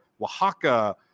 Oaxaca